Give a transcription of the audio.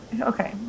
Okay